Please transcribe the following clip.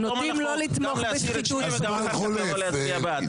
גם להסיר את שמי וגם להצביע בעד,